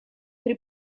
при